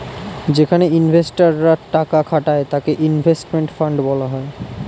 যেখানে ইনভেস্টর রা টাকা খাটায় তাকে ইনভেস্টমেন্ট ফান্ড বলা হয়